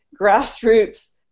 grassroots